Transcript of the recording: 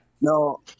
No